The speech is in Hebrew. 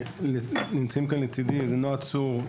נמצאים כאן לצידי נועה צור,